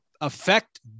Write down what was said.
affect